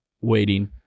waiting